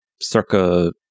circa